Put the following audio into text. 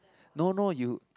no no you